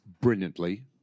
brilliantly